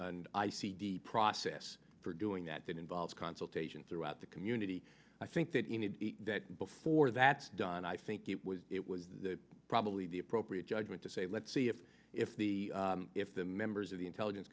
i c d process for doing that that involves consultation throughout the community i think that you need that and before that's done and i think it was it was probably the appropriate judgment to say let's see if if the if the members of the intelligence